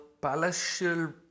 palatial